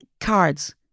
Cards